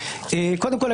קודם כול,